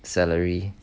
celery